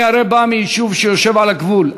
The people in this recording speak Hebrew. אני הרי בא מיישוב שיושב על הגבול,